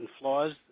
flaws